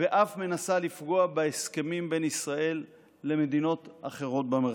ואף מנסה לפגוע בהסכמים בין ישראל למדינות אחרות במרחב.